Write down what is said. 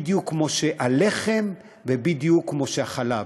בדיוק כמו הלחם ובדיוק כמו החלב.